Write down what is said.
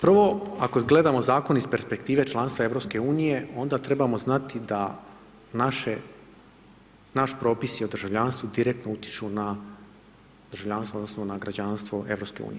Prvo, ako gledamo zakon iz perspektive članstva EU onda trebamo znati da naši propisi o državljanstvu direktno utječu na državljanstvo odnosno na građanstvo EU.